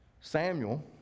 Samuel